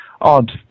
odd